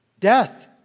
Death